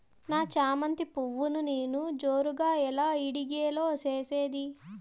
నా చామంతి పువ్వును నేను జోరుగా ఎలా ఇడిగే లో చేసేది?